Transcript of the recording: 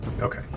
Okay